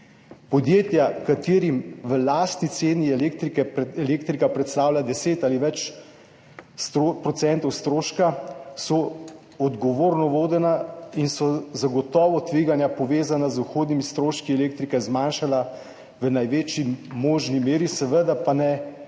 Podjetja, ki jim v lastni ceni elektrika predstavlja 10 ali več procentov stroška, so odgovorno vodena in so se tveganja, povezana z vhodnimi stroški elektrike, zagotovo zmanjšala v največji možni meri, seveda pa ne v